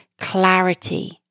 clarity